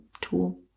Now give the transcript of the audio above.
tool